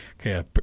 Okay